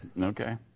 Okay